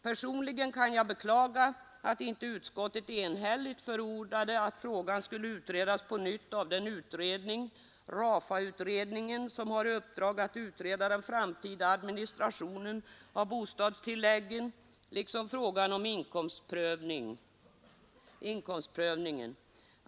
Personligen kan jag beklaga att inte utskottet enhälligt förordade att frågan skulle utredas på nytt av den utredning, RAFA-utredningen, som har i uppdrag att utreda den framtida administrationen av bostadstilläggen liksom frågan om inkomstprövningen.